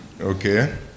Okay